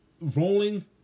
rolling